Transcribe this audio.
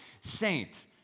Saint